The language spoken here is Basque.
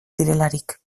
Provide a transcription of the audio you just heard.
direlarik